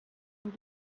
ning